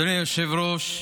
אדוני היושב בראש,